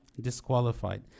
disqualified